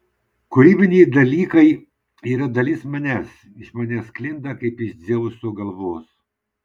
kūrybiniai dalykai yra dalis manęs iš manęs sklinda kaip iš dzeuso galvos